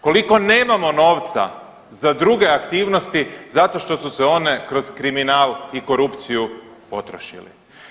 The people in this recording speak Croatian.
Koliko nemamo novca za druge aktivnosti zato što su se one kroz kriminal i korupciju potrošili.